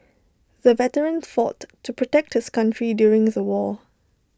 the veteran fought to protect his country during the war